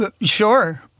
sure